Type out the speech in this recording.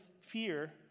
fear